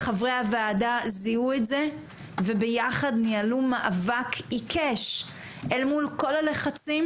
חברי הוועדה זיהו את זה וביחד ניהלו מאבק עיקש אל מול כל הלחצים,